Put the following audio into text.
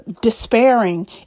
despairing